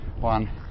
one